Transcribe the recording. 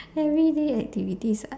every day activities ah